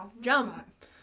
jump